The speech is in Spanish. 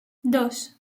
dos